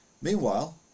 Meanwhile